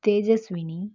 Tejaswini